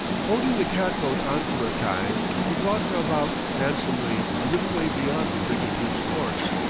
holding the cat-boat on for a time, he brought her about handsomely a little way beyond the brigantine's course,